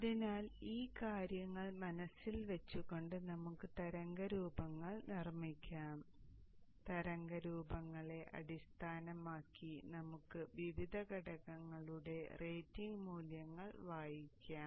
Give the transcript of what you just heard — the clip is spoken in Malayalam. അതിനാൽ ഈ കാര്യങ്ങൾ മനസ്സിൽ വെച്ചുകൊണ്ട് നമുക്ക് തരംഗരൂപങ്ങൾ നിർമ്മിക്കാം തരംഗരൂപങ്ങളെ അടിസ്ഥാനമാക്കി നമുക്ക് വിവിധ ഘടകങ്ങളുടെ റേറ്റിംഗ് മൂല്യങ്ങൾ വായിക്കാം